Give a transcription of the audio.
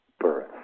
birth